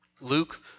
Luke